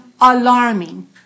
alarming